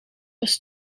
was